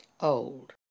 old